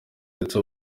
ndetse